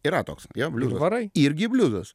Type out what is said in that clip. yra toks jo irgi bliuzas